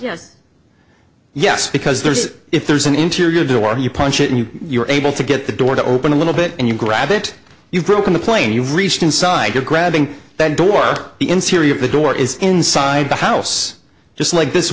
yes yes because there's if there's an interior door you punch it and you're able to get the door to open a little bit and you grab it you've broken the plane you've reached inside grabbing that door the interior of the door is inside the house just like this